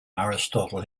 aristotle